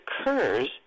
occurs